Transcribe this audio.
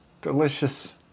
delicious